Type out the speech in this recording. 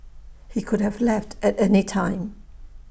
he could have left at any time